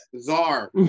Czar